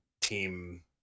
team